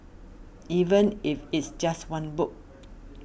even if it's just one book